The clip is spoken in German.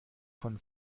von